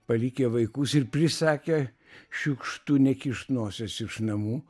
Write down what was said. palikę vaikus ir prisakę šiukštu nekišt nosies iš namų